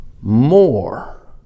more